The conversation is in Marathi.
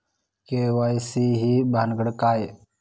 के.वाय.सी ही भानगड काय?